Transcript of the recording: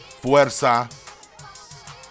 Fuerza